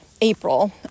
April